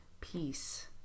peace